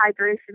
hydration